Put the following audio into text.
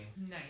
Nice